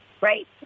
right